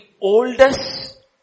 oldest